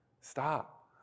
Stop